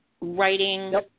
writing